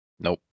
Nope